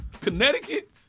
Connecticut